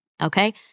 Okay